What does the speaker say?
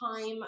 time